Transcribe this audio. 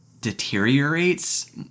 deteriorates